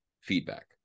feedback